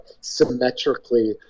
symmetrically